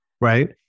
right